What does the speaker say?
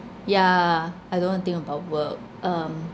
yeah I don't want to think about work um